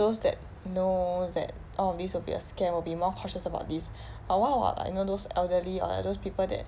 those that know that all of these will be a scam will be more cautious about these but what about like you know those elderly or those people that